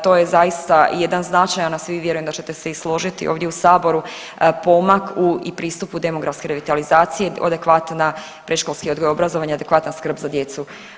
To je zaista jedan značajan, a svi vjerujem da ćete se i složiti ovdje u saboru pomak i pristup u demografskoj revitalizaciji od adekvatna predškolski odgoj i obrazovanja do adekvatna skrb za djecu.